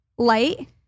Light